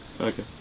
Okay